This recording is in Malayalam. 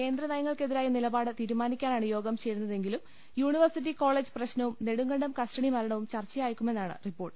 കേന്ദ്രനയങ്ങൾക്കെതിരായ നിലപാട് തീരുമാനിക്കാനാണ് യോഗ ം ചേരുന്നതെങ്കിലും യൂണിവേഴ്സിറ്റി കോളേജ് പ്രശ്നവും നെടു ങ്കണ്ടം കസ്റ്റഡി മരണവും ചർച്ചയായേക്കുമെന്നാണ് റിപ്പോർട്ട്